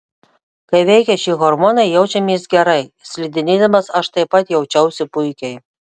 kai veikia šie hormonai jaučiamės gerai slidinėdamas aš taip pat jaučiausi puikiai